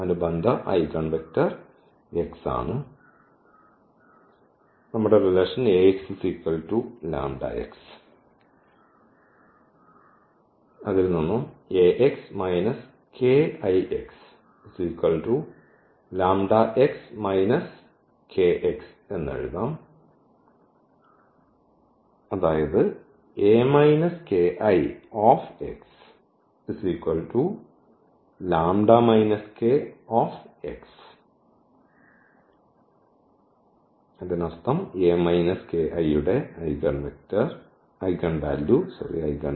അനുബന്ധ eigenvector x ആണ്